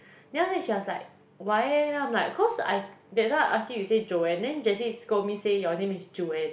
then after that she was like why eh then I'm like cause I that time I ask you you say Joanne then Jessie scold me say your name is Juan